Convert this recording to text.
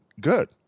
good